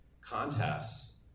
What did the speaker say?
contests